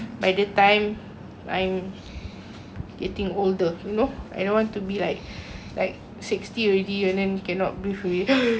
getting older you know I don't want to be like like sixty already and then cannot breathe already you know something like that